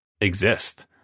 exist